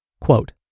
Quote